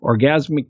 orgasmic